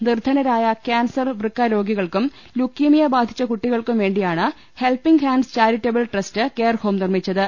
നിർധനരായ കാൻസർ വൃക്ക രോഗികൾക്കും ലുക്കീമിയ ബാധിച്ച കുട്ടികൾക്കും വേണ്ടിയാണ് helping hands charitable trust care home നിർമിച്ച ത്